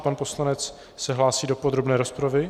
Pan poslanec se hlásí do podrobné rozpravy.